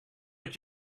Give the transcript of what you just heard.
hebt